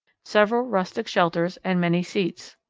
several rustic shelters and many seats.